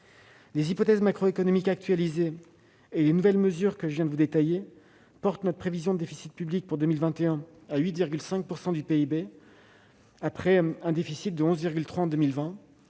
Les hypothèses macroéconomiques actualisées et les nouvelles mesures que je viens de vous détailler portent notre prévision de déficit public pour 2021 à 8,5 % du PIB, après un déficit de 11,3 % en 2020.